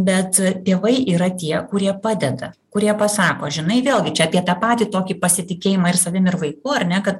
bet tėvai yra tie kurie padeda kurie pasako žinai vėlgi čia apie tą patį tokį pasitikėjimą ir savim ir vaiku ar ne kad